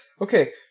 Okay